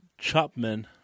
Chopman